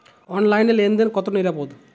অনলাইনে লেন দেন কতটা নিরাপদ?